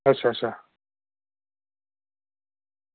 अच्छा अच्छा